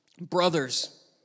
brothers